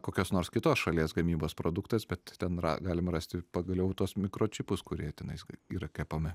kokios nors kitos šalies gamybos produktas bet ten ra galim rasti pagaliau tos mikročipus kurie tenais yra kepami